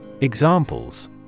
Examples